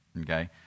okay